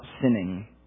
sinning